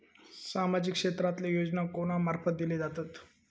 सामाजिक क्षेत्रांतले योजना कोणा मार्फत दिले जातत?